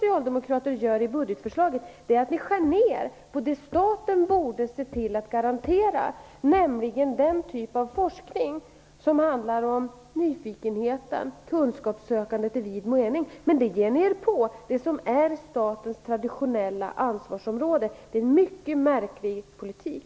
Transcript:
I budgetförslaget skär ni socialdemokrater ner på det staten borde se till att garantera, nämligen den typ av forskning som handlar om nyfikenheten och kunskapssökandet i vid mening. Men det ger ni er på. Det är statens traditionella ansvarsområde. Det är en mycket märklig politik.